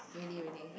really really